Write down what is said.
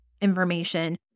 information